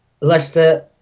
Leicester